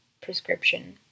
prescription